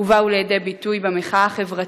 ובאו לידי ביטוי במחאה החברתית,